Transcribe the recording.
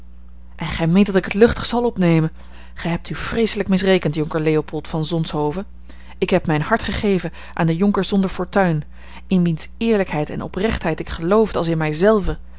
en gij meent dat ik het luchtig zal opnemen gij hebt u vreeselijk misrekend jonker leopold van zonshoven ik heb mijn hart gegeven aan den jonker zonder fortuin in wiens eerlijkheid en oprechtheid ik geloofde als in